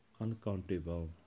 uncountable